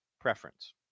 preference